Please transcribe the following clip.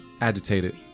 agitated